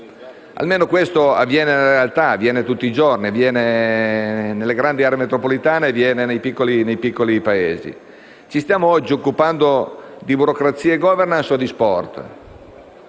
Almeno questo avviene nella realtà, tutti i giorni, nelle grandi aree metropolitane e nei piccoli paesi. Ci stiamo oggi occupando di burocrazia e *governance* o di sport?